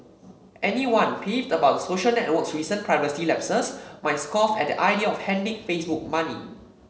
anyone peeved about the social network's recent privacy lapses might scoff at the idea of handing Facebook money